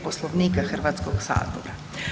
Poslovnika Hrvatskog sabora.